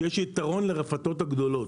שיש יתרון לרפתות הגדולות.